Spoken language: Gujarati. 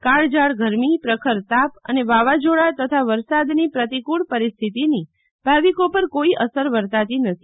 કાળઝાળ ગરમી પ્રખર તાપ અને વાવાઝોડા તથા વરસાદની પ્રતિકૂળ પરિસ્થિતિની ભાવીકો પર કોઈ અસર વર્તાતી નથી